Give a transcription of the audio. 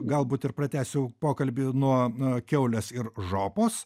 galbūt ir pratęsiu pokalbį nuo kiaulės ir žopos